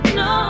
no